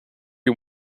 you